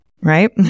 right